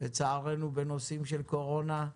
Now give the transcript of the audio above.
לצערנו בנושאים של קורונה,